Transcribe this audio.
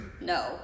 no